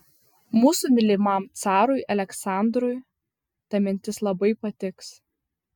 mūsų mylimam carui aleksandrui ta mintis labai patiks